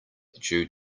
due